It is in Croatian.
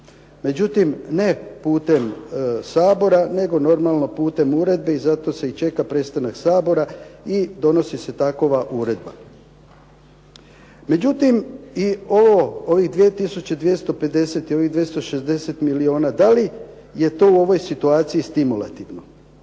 Međutim, ne putem Sabora, nego normalno putem uredbe i zato se i čeka prestanak Sabora i donosi se takva uredba. Međutim i ovo, ovih 2250 i ovih 260 milijuna, da li je to u ovoj situaciji stimulativno?